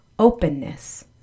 openness